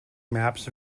maps